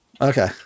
Okay